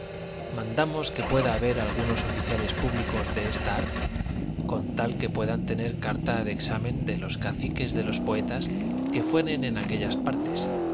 mandamos que pueda haber algunos oficiales públicos de esta arte con tal que puedan tener carta de examen de los caciques de los poetas que fueren en aquellas partes